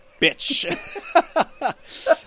bitch